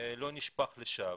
לא נשפך לשווא.